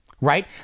right